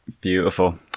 beautiful